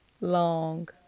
long